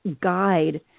guide